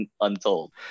untold